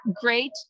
great